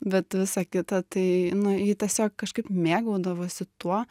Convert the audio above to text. bet visa kita tai nu ji tiesiog kažkaip mėgaudavosi tuo